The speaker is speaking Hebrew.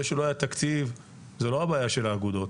זה שלא היה תקציב זו לא הבעיה של האגודות.